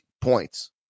points